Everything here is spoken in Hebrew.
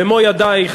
במו-ידייך,